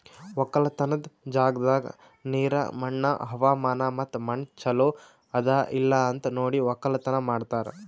ಒಕ್ಕಲತನದ್ ಜಾಗದಾಗ್ ನೀರ, ಮಣ್ಣ, ಹವಾಮಾನ ಮತ್ತ ಮಣ್ಣ ಚಲೋ ಅದಾ ಇಲ್ಲಾ ಅಂತ್ ನೋಡಿ ಒಕ್ಕಲತನ ಮಾಡ್ತಾರ್